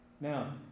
Now